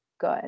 good